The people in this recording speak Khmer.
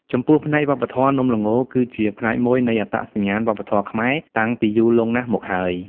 ចំពោះផ្នែកវប្បធម៌នំល្ង គឺជាផ្នែកមួយនៃ អត្តសញ្ញាណវប្បធម៌ខ្មែរ តាំងពីយូរលង់ណាស់មកហើយ។